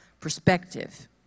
perspective